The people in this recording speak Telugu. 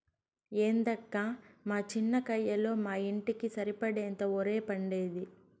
ఏందక్కా మా చిన్న కయ్యలో మా ఇంటికి సరిపడేంత ఒరే పండేది